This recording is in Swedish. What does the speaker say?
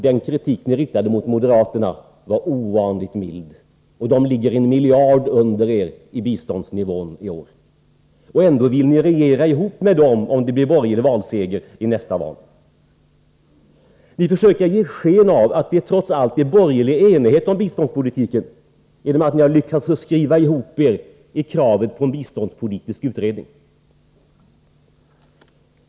Den kritik ni riktade mot moderaterna var ovanligt mild, trots att dessa i år ligger en miljard under er när det gäller biståndsnivån. Ändå vill ni regera ihop med moderaterna, om det blir en borgerlig seger i nästa val. Ni försöker ge sken av att det trots allt råder borgerlig enighet om biståndspolitiken genom att ni lyckats skriva ihop er när det gäller kravet på en biståndspolitisk utredning.